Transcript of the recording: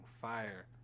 fire